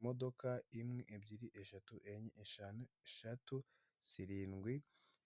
Imodoka imwe ebyiri eshatu enye eshanu eshatu zirindwi,